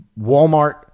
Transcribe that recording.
Walmart